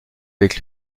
avec